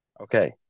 Okay